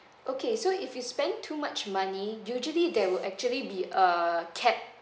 okay so if you spend too much money usually there will actually be a cap